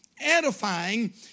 edifying